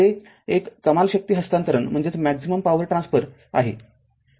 पुढील एक कमाल शक्ती हस्तांतरण आहे